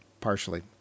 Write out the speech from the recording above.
partially